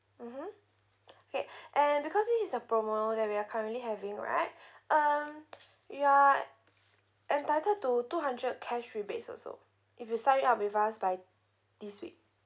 mmhmm K and because this is a promo that we're currently having right um you're entitled to two hundred cash rebates also if you sign up with us by this week